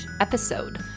episode